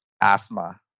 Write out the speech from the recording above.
asthma